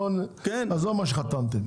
עזוב מה שחתמתם.